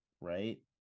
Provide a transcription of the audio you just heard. right